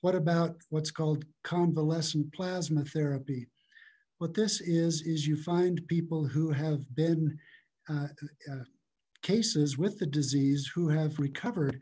what about what's called convalescent plasma therapy what this is is you find people who have been cases with the disease who have recovered